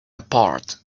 apart